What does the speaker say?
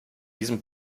diesem